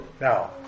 now